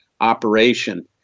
operation